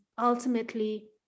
ultimately